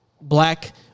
black